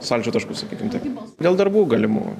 sąlyčio taškus sakykim taip dėl darbų galimų